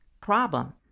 problem